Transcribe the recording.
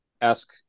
ask